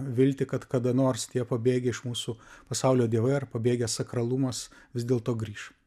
viltį kad kada nors tie pabėgę iš mūsų pasaulio dievai ar pabėgęs sakralumas vis dėlto grįš